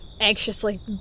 Anxiously